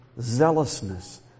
zealousness